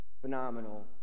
Phenomenal